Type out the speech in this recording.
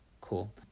cool